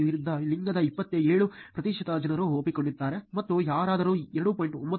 ವಿರುದ್ಧ ಲಿಂಗದ 27 ಪ್ರತಿಶತ ಜನರು ಒಪ್ಪಿಕೊಂಡಿದ್ದಾರೆ ಮತ್ತು ಯಾರಾದರೂ 2